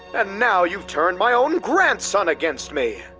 ah now you've turned my own grandson against me.